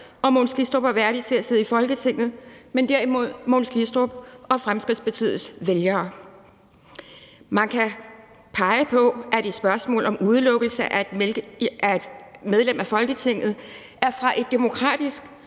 om Mogens Glistrup var værdig til at sidde i Folketinget, men derimod Mogens Glistrups og Fremskridtspartiets vælgere: Man kan pege på, at et spørgsmål om udelukkelse af et medlem af Folketinget fra et demokratisk